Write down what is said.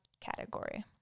category